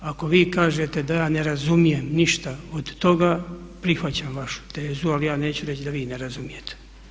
Ako vi kažete da ja ne razumijem ništa od toga prihvaćam vašu tezu ali ja neću reći da vi ne razumijete.